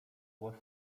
włosy